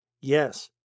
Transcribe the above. yes